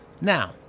Now